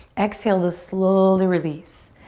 exhale to slowly release.